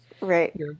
Right